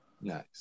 Nice